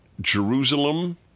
Jerusalem